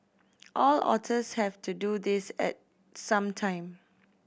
all otters have to do this at some time